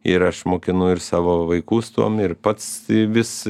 ir aš mokinu ir savo vaikus tuom ir pats vis